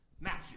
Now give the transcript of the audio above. Matthew